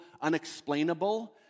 unexplainable